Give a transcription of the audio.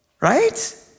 right